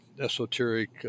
esoteric